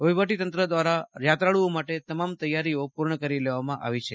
વહીવટીતંત્ર દ્વારા યાત્રાળુઓ માટે તામમ તૈયારીઓ પૂરી કરવામાં આવી છે